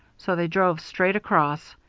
so they drove straight across,